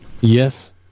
Yes